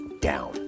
down